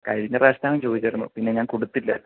കഴിഞ്ഞ പ്രാവശ്യം ചോദിച്ചായിരുന്നു പിന്നെ ഞാൻ കൊടുത്തില്ല